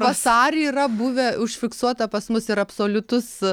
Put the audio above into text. vasarį yra buvę užfiksuota pas mus ir absoliutus